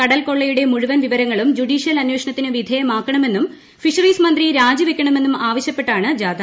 കടൽകൊള്ളയുടെ മുഴുവൻ വിവരങ്ങളും ജുഡീഷ്യൽ അന്വേഷണത്തിന് വിധേയമാക്കണമെന്നും ഫിഷറീസ് മന്ത്രി രാജിവെക്കണമെന്നും ആവശ്യപ്പെട്ടാണ് ജാഥ